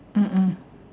mm mm